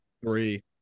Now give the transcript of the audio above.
three